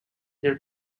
their